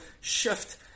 shift